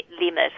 limit